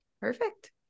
Perfect